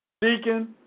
deacon